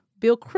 Bill